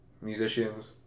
musicians